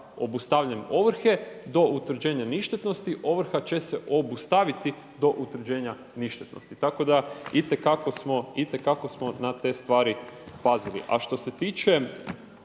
obustavljanjem ovrhe, do utvrđenja ništetnosti, ovrha će se obustaviti do utvrđenja ništetnosti, tako da itekako smo na te stvari pazili. A što se tiče